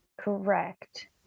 Correct